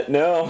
no